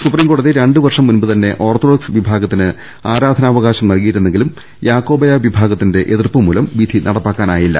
സുപ്രീംകോടതി രണ്ടുവർഷം മുമ്പുതന്നെ ഓർത്തഡോക്സ് വിഭാഗത്തിന് ആരാധനാ അവകാശം നൽകിയിരുന്നെങ്കിലും യാക്കോബായ വിഭാഗത്തിന്റെ എതിർപ്പുമൂലം വിധി നടപ്പാക്കാനായിട്ടില്ല